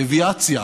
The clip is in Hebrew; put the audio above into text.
דוויאציה,